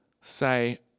say